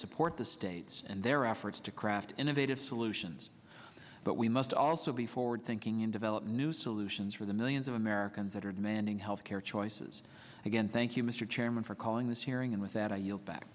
support the states and their efforts to craft innovative solutions but we must also be forward thinking and develop new solutions for the millions of americans that are demanding healthcare choices again thank you mr chairman for calling this hearing and with that i yield back